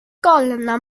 galna